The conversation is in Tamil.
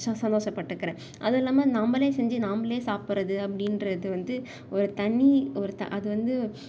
சந்தோஷப்பட்டுக்கிறேன் அதுவும் இல்லாமல் நாம்ளே செஞ்சு நாம்ளே சாப்பிட்றது அப்படின்றது வந்து ஒரு தனி ஒரு அது வந்து